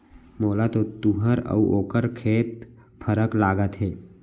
मोला तो तुंहर अउ ओकर खेत फरक लागत हे